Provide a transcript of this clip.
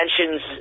mentions